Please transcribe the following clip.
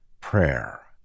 prayer